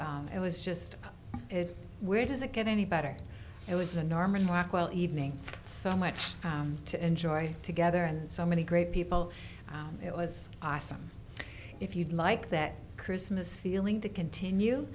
it was just where does it get any better it was a norman rockwell evening so much to enjoy together and so many great people it was awesome if you'd like that christmas feeling to continue